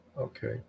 Okay